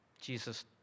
Jesus